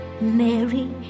Mary